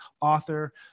author